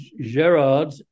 Gerard